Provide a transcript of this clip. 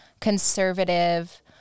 conservative